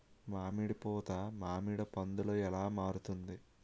మామిడి పూత మామిడి పందుల ఎలా మారుతుంది?